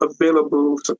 available